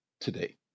today